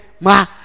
ma